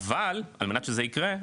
אבל על מנת שזה ייקרה,